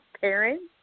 parents